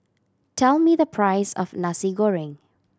tell me the price of Nasi Goreng